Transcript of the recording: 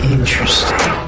Interesting